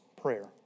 prayer